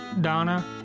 Donna